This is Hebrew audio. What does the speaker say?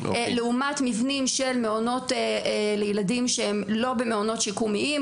לעומת מבנים של מעונות לילדים שהם לא במעונות שיקומיים,